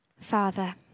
Father